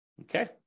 Okay